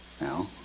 now